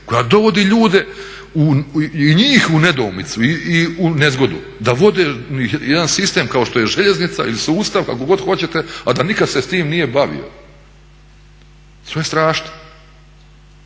koja dovodi ljude i njih u nedoumicu i u nezgodu da vode jedan sistem kao što je željeznica ili sustav kako god hoćete, a da nikad se s tim nije bavio. To je strašno!